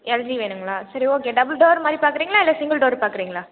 LG வேணுங்களா சரி okay double door மாதிரி பார்க்குறீங்களா இல்லை சிங்குள் டோர் பார்க்குறீங்களா